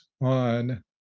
on